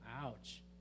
Ouch